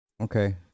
Okay